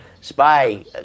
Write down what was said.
spy